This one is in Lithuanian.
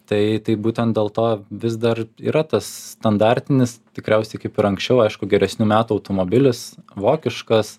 tai tai būtent dėl to vis dar yra tas standartinis tikriausiai kaip ir anksčiau aišku geresnių metų automobilis vokiškas